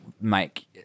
make